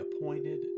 appointed